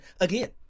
again